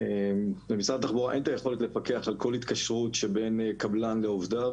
למשרד התחבורה אין את היכולת לפקח על כל התקשרות שבין קבלן לעובדיו.